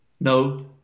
No